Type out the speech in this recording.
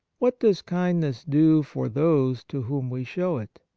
what does kindness do for those to whom we show it?